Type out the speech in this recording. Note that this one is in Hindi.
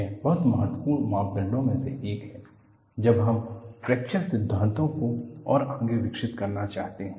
यह बहुत महत्वपूर्ण मापदंडों में से एक है जब हम फ्रैक्चर सिद्धांत को और आगे विकसित करना चाहते हैं